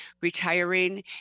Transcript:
retiring